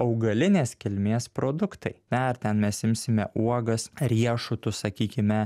augalinės kilmės produktai dar ten mes imsime uogas riešutus sakykime